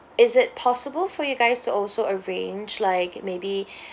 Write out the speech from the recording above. is it possible for you guys to also arrange like maybe